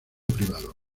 privado